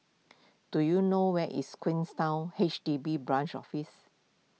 do you know where is H D B Branch Office